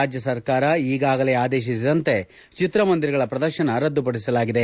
ರಾಜ ಸ್ವಸರ್ಕಾರ ಈಗಾಗಲೇ ಆದೇತಿಸಿದಂತೆ ಚಿತ್ರಮಂದಿರಗಳ ಪ್ರದರ್ಶನ ರದ್ದುಪಡಿಸಿದೆ